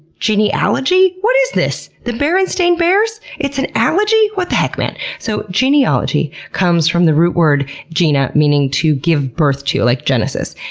genealogy? what is this, the berenstain bears? it's an alolgy? what the heck man? so genealogy comes from the root word gene, ah meaning to give birth to like genesis.